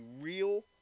real